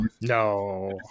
No